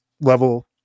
level